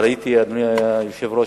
אדוני היושב-ראש,